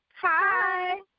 Hi